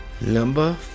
Number